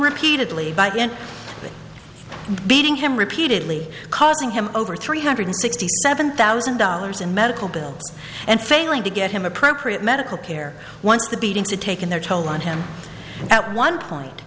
repeatedly by beating him repeatedly causing him over three hundred sixty seven thousand dollars in medical bills and failing to get him appropriate medical care once the beatings to taken their toll on him at one point